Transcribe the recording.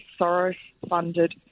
Soros-funded